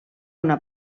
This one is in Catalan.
una